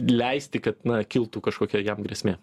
leisti kad na kiltų kažkokia jam grėsmė